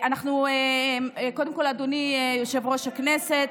קודם כול, אדוני יושב-ראש הכנסת,